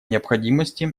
необходимости